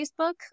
Facebook